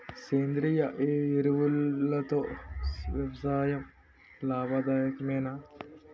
సేంద్రీయ ఎరువులతో వ్యవసాయం లాభదాయకమేనా?